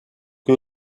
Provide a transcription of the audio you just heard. que